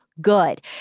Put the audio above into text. Good